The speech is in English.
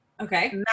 Okay